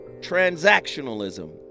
transactionalism